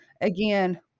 again